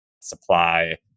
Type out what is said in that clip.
supply